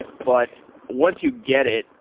but once you get it,